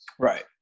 Right